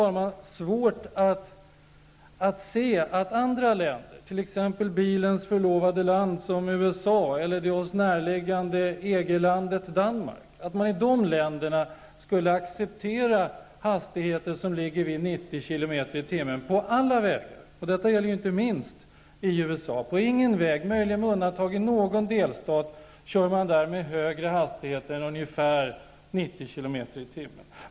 Jag har svårt att se att andra länder, t.ex. bilens förlovade land USA eller det oss närliggande EG-landet Danmark, skulle acceptera hastigheter som ligger vid 90 kilometer i timmen på alla vägar. Detta gäller inte minst i USA. Inte på några vägar, möjligen med undantag av någon delstat, kör man där med högre hastigheter än ungefär 90 kilometer i timmen.